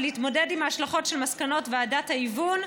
ולהתמודד עם ההשלכות של מסקנות ועדת ההיוון,